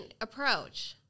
approach